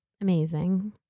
amazing